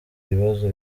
bibazo